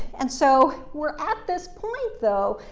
and so we're at this point, though,